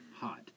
hot